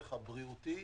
הצורך הבריאותי